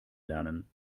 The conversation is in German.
lernen